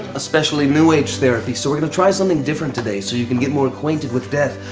a specially new age therapy, so we're gonna try something different today so you can get more acquainted with death.